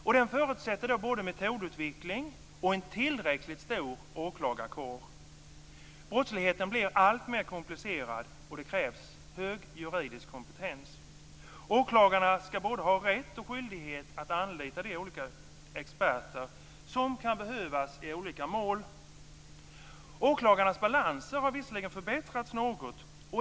Detta förutsätter både metodutveckling och en tillräckligt stor åklagarkår. Brottsligheten blir alltmer komplicerad, och det krävs hög juridisk kompetens. Åklagarna ska ha både rätt och skyldighet att anlita de olika experter som kan behövas i olika mål. Åklagarnas balanser har visserligen förbättrats något.